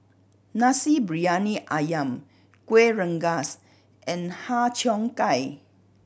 Nasi Briyani Ayam Kuih Rengas and Har Cheong Gai